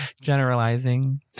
generalizing